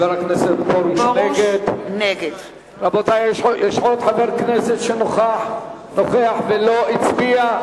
נגד רבותי, יש עוד חבר כנסת שנוכח ולא הצביע?